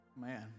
man